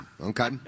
Okay